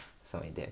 少一点